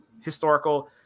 historical